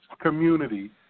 community